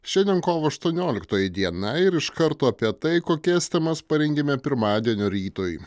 šiandien kovo aštuonioliktoji diena ir iš karto apie tai kokias temas parengėme pirmadienio rytui